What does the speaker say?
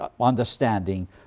understanding